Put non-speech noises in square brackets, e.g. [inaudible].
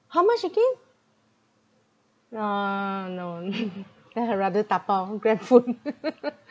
how much again uh no [laughs] then I rather tapao Grabfood [laughs]